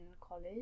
college